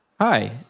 Hi